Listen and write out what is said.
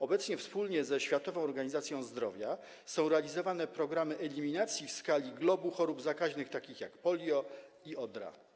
Obecnie wspólnie ze Światową Organizacją Zdrowia są realizowane programy eliminacji w skali globu chorób zakaźnych takich jak polio i odra.